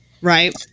right